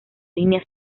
línea